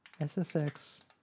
ssx